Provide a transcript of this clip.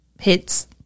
hits